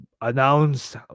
Announce